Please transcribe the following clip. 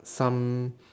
some